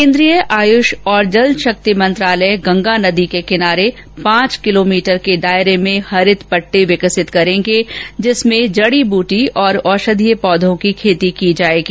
केन्द्रीय आयुष और जल शक्ति मंत्रालय गंगा नदी के किनारे पांच किलोमीटर के दायरे में हरित पट्टी क्किसित करेंगे जिसमें जड़ी बूटी और औषधीय पौयें की खेती की जाएगी